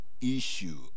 issue